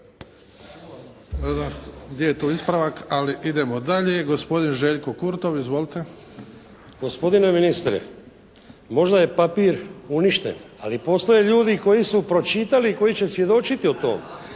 gdje je tu ispravak, ali idemo dalje! Gospodin Željko Kurtov. Izvolite. **Kurtov, Željko (HNS)** Gospodine ministre, možda je papir uništen ali postoje ljudi koji su pročitali i koji će svjedočiti o tomu!